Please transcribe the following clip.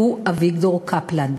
והוא אביגדור קפלן,